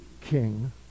king